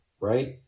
right